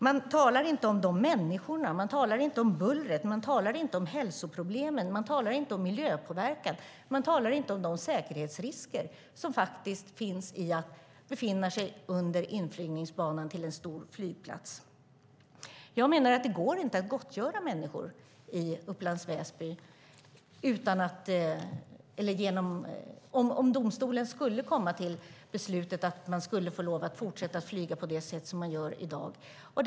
Man talar inte om människorna, bullret, hälsoproblemen eller miljöpåverkan. Man talar inte om de säkerhetsrisker som faktiskt finns i att befinna sig under inflygningsbanan till en stor flygplats. Om domstolen skulle komma fram till att man ska få lov att flyga på det sätt man gör i dag menar jag att det inte går att gottgöra människor i Upplands Väsby.